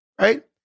right